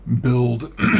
build